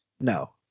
no